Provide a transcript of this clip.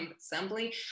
assembly